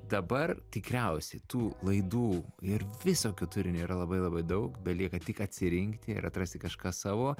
dabar tikriausiai tų laidų ir visokio turinio yra labai labai daug belieka tik atsirinkti ir atrasti kažką savo